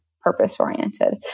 purpose-oriented